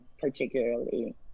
particularly